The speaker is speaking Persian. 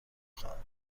خواهم